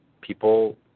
people